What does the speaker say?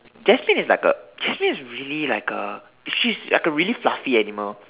Jasmine is like a Jasmine is really like a she's like a really fluffy animal